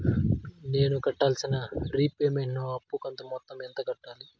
నేను కట్టాల్సిన రీపేమెంట్ ను అప్పు కంతు మొత్తం ఎంత కట్టాలి?